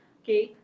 okay